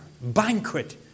banquet